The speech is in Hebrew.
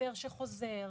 מפר שחוזר,